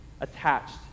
attached